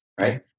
right